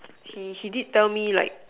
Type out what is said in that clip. she she did tell me like